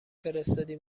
فرستادی